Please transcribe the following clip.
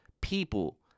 people